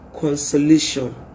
consolation